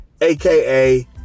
aka